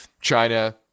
China